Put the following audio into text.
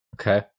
Okay